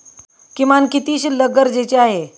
किमान किती शिल्लक गरजेची आहे?